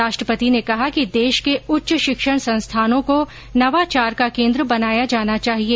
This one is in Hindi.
राष्ट्रपति ने कहा कि देश के उच्च शिक्षण संस्थानों को नवाचार का केन्द्र बनाया जाना चाहिए